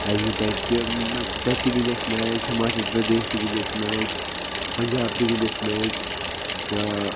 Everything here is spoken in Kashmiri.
اسہِ گیُنٛد تتہِ تہِ تتہِ تہِ گنٛدۍ اسہِ میچ ہِماچَل پردیش تہِ گنٛدۍ اسہِ میچ پَنجاب تہِ گنٛدۍ اسہِ میچ تہٕ